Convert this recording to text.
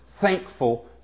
thankful